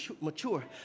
mature